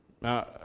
Now